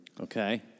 Okay